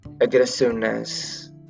aggressiveness